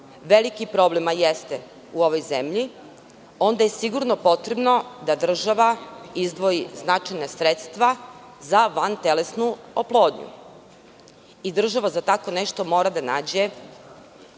veliki problem, a jeste u ovoj zemlji, onda je sigurno potrebno da država izdvoji značajna sredstva za van telesnu oplodnju. Država za tako nešto mora da nađe